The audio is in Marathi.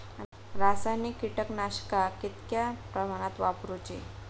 रासायनिक कीटकनाशका कितक्या प्रमाणात वापरूची?